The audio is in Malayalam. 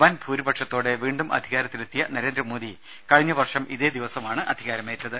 വൻഭൂരിപക്ഷത്തോടെ വീണ്ടും അധികാരത്തിലെത്തിയ നരേന്ദ്രമോദി കഴിഞ്ഞ വർഷം ഇതേ ദിവസമാണ് അധികാരമേറ്റത്